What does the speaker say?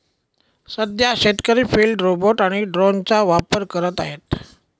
सध्या शेतकरी field robot आणि ड्रोनचा वापर करत आहेत